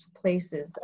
places